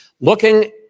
Looking